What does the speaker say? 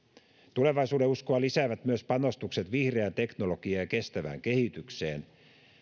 tulevaisuudenuskoa lisäävät myös panostukset vihreään teknologiaan ja kestävään kehitykseen